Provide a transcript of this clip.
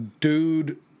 dude